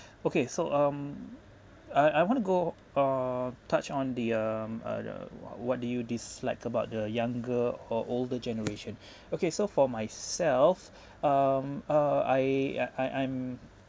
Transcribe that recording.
okay so um I I want to go uh touch on the um uh the what what do you dislike about the younger or older generation okay so for myself um uh I I I I'm